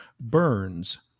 burns